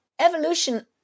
evolution